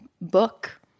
book